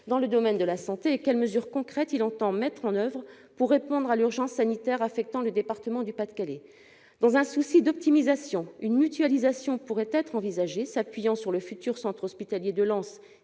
dans le domaine de la santé. Quelles mesures concrètes entend-il mettre en oeuvre pour répondre à l'urgence sanitaire affectant le département du Pas-de-Calais ? Dans un souci d'optimisation, une mutualisation pourrait être envisagée, qui s'appuierait sur le futur centre hospitalier de Lens,